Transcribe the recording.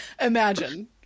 imagine